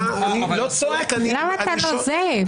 למה אתה נוזף?